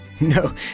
No